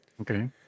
Okay